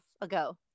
ago